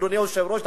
אדוני היושב-ראש,